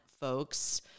folks